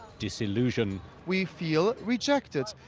disillusion we feel rejected.